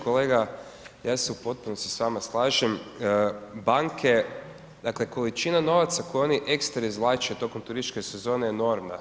Kolega, ja se u potpunosti s vama slažem, banke, dakle, količina novaca koju oni ekstra izvlače tokom turističke sezone je enormna.